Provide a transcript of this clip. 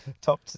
top